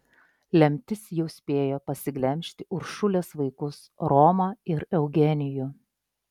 lemtis jau spėjo pasiglemžti uršulės vaikus romą ir eugenijų